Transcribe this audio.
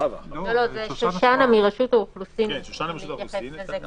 זה שושנה מרשות האוכלוסין מתייחסת לזה,